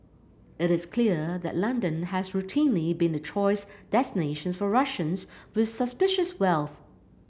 it is clear that London has routinely been the choice destination for Russians with suspicious wealth